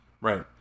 right